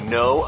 no